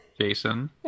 Jason